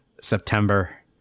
September